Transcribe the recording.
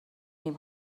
ایم